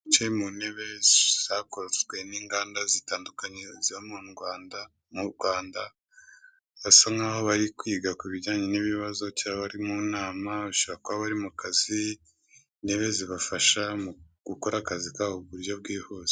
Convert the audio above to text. Bicaye mu ntebe zakozwe n'inganda zitandukanye za hano mu Rwanda basa nk'aho bari kwiga ku bijyanye n'ibibazo cya bari mu nama, bashobora kuba bari mu kazi, intebe zibafasha gukora akazi mu buryo bwihuse.